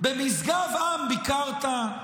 במשגב עם ביקרת?